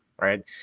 right